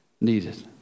needed